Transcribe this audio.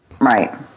Right